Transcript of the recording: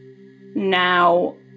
now